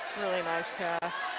really nice pass.